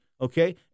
okay